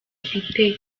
ifite